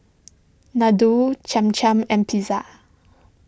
Ladoo Cham Cham and Pizza